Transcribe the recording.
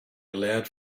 allowed